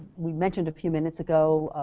we mentioned a few minutes ago,